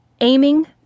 aiming